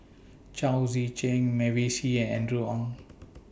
Chao Tzee Cheng Mavis Hee and Andrew Ang